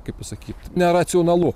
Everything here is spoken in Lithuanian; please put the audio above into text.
kaip pasakyt neracionalu